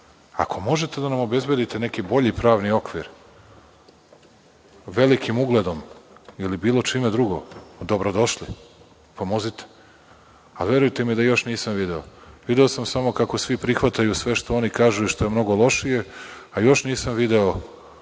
Ako možete da nam obezbedite neki bolji pravni okvir, velikim uglednom ili bilo čime drugim, dobro došli, pomozite. Verujte mi da još nisam video. Video sam samo kako svi prihvataju sve što oni kažu i što je mnogo lošije, a još nisam video